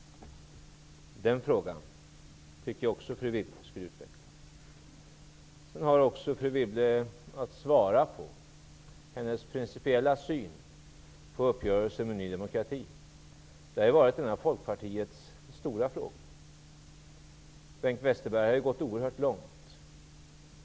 Jag tycker att fru Wibble borde utveckla också den frågan. Fru Wibble har också att ge sin principiella syn på uppgörelsen med Ny demokrati. Det har ju varit en av Folkpartiets stora frågor. Bengt Westerberg har gått oerhört långt.